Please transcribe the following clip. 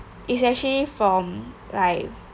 is actually from like